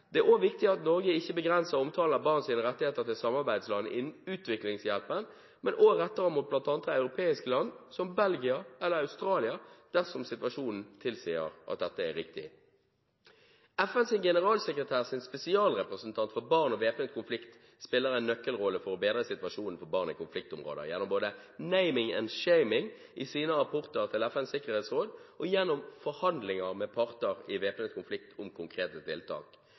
Det er også viktig at Norge ikke begrenser omtalen av barns rettigheter til samarbeidsland innen utviklingshjelpen, men også retter den mot bl.a. andre europeiske land, som Belgia, eller Australia, dersom situasjonen tilsier at dette er riktig. FNs generalsekretærs spesialrepresentant for barn i væpnet konflikt spiller en nøkkelrolle for å bedre situasjonen for barn i konfliktområder, gjennom både «naming and shaming» i sine rapporter til FNs sikkerhetsråd og gjennom forhandlinger med parter i væpnet konflikt om konkrete tiltak.